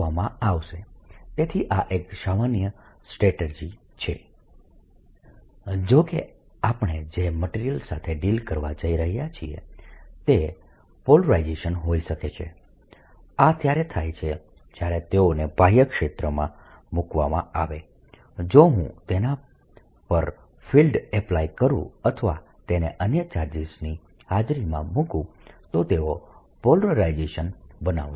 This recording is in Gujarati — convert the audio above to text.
n|r r|dS E V જો કે આપણે જે મટીરીયલ્સ સાથે ડીલ કરવા જઈ રહ્યા છીએ તે પોલરાઇઝેબલ હોઈ શકે છે આ ત્યારે થાય છે જ્યારે તેઓને બાહ્ય ક્ષેત્રમાં મૂકવામાં આવે જો હું તેના પર ફિલ્ડ એપ્લાય કરું અથવા તેને અન્ય ચાર્જીસની હાજરીમાં મૂકું તો તેઓ પોલરાઇઝેશન બનાવશે